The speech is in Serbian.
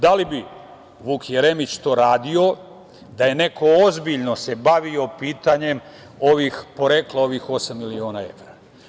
Da li bi Vuk Jeremić to radio da je neko ozbiljno se bavio pitanjem porekla ovih osam miliona evra?